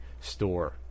store